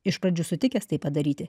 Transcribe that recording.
iš pradžių sutikęs tai padaryti